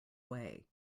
way